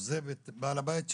עוזב את בעל הבית שלו,